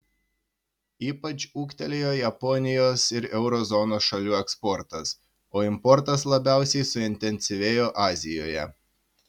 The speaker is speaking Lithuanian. ypač ūgtelėjo japonijos ir euro zonos šalių eksportas o importas labiausiai suintensyvėjo azijoje